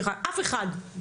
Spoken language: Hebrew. אף אחד.